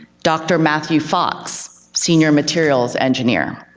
dr. matthew fox, senior materials engineer.